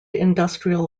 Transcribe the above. industrial